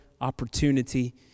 opportunity